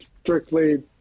strictly